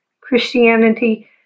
Christianity